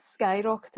skyrocketed